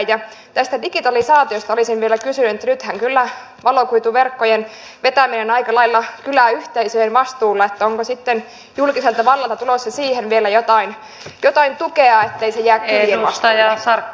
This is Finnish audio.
ja tästä digitalisaatiosta olisin vielä kysynyt kun nythän kyllä valokuituverkkojen vetäminen on aika lailla kyläyhteisöjen vastuulla että onko sitten julkiselta vallalta tulossa siihen vielä jotain tukea ettei se jää kylien vastuulle